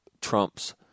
Trump's